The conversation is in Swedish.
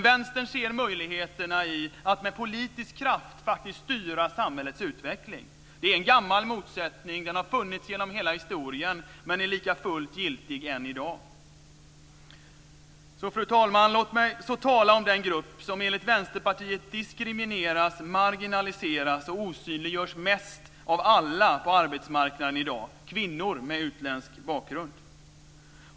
Vänstern ser möjligheterna i att med politisk kraft styra samhällets utveckling. Det är en gammal motsättning som funnits genom hela historien, men den är likafullt giltig än i dag. Fru talman! Låt mig så tala om den grupp enligt Vänsterpartiet diskrimineras, marginaliseras och osynliggörs mest av alla på arbetsmarknaden i dag: kvinnor med utländsk bakgrund.